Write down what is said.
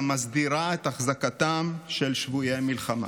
המסדירה את החזקתם של שבויי מלחמה.